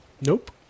Nope